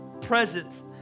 presence